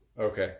Okay